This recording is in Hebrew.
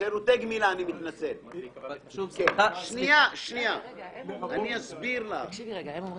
שהשר יהיה חייב ולא רשאי.